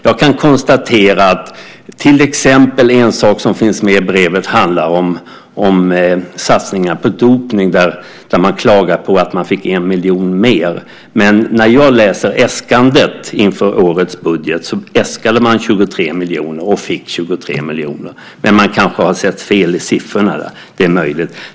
Jag kan konstatera att en sak som finns med i brevet handlar om satsningar mot dopning där man klagar på att man fick 1 miljon mer. Men när jag läser äskandet inför årets budget äskade man 23 miljoner och fick 23 miljoner. Men man kanske har sett fel i siffrorna där. Det är möjligt.